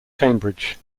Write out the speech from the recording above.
cambridge